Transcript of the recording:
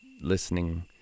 listening